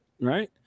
right